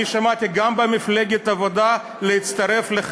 אני שמעתי גם במפלגת העבודה קריאות להצטרף